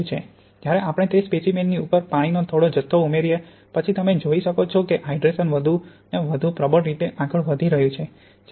જ્યારે આપણે તે સ્પેસીમેનની ઉપર પાણીનો થોડો જથ્થો ઊમેરીએ પછી તમે જોઈ શકો છો કે હાઇડ્રેશન વધુ વધુ પ્રબળ રીતે આગળ વધી રહ્યું છે